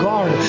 God